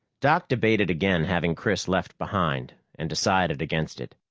doc debated again having chris left behind and decided against it.